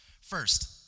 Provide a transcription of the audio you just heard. First